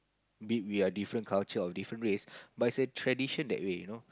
be it we are different culture or different race but it's a tradition that way you know